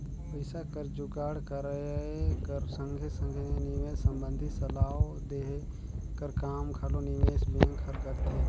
पइसा कर जुगाड़ कराए कर संघे संघे निवेस संबंधी सलाव देहे कर काम घलो निवेस बेंक हर करथे